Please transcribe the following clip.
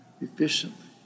efficiently